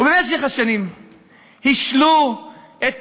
ובמשך השנים השלו את